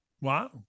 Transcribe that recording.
Wow